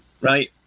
right